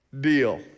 deal